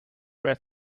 red